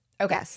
Okay